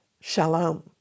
Shalom